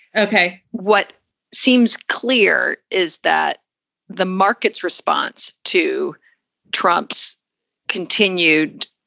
ok. what seems clear is that the market's response to trump's continued.